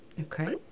Okay